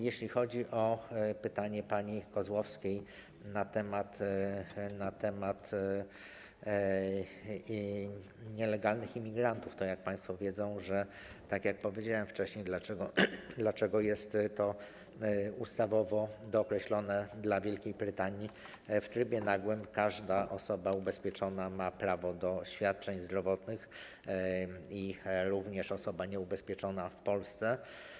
Jeśli chodzi o pytanie pani Kozłowskiej na temat nielegalnych imigrantów, to jak państwo wiedzą, tak jak powiedziałem wcześniej, dlaczego jest to ustawowo dookreślone dla Wielkiej Brytanii - w trybie nagłym każda osoba ubezpieczona ma prawo do świadczeń zdrowotnych, również osoba nieubezpieczona w Polsce.